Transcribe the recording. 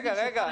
רגע, רגע.